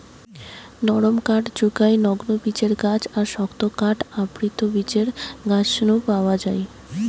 নরম কাঠ জুগায় নগ্নবীজের গাছ আর শক্ত কাঠ আবৃতবীজের গাছ নু পাওয়া যায়